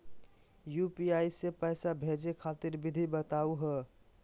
UPI स पैसा भेजै खातिर विधि बताहु हो?